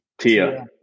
Tia